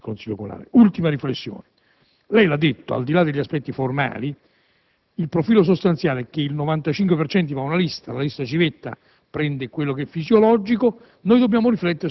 qualcuno ha avuto paura e si è dimesso, per cui si è sciolto il Consiglio comunale. Un'ultima riflessione. Lei lo ha detto, al di là degli aspetti formali, il profilo sostanziale è che una lista prende il